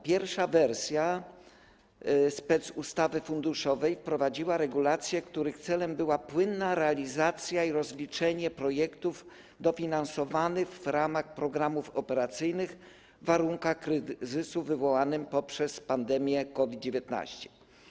Pierwsza wersja specustawy funduszowej wprowadziła regulacje, których celem była płynna realizacja i rozliczenie projektów dofinansowanych w ramach programów operacyjnych w warunkach kryzysu wywołanego przez pandemię COVID-19.